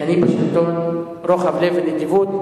כשאני בשלטון, רוחב לב ונדיבות.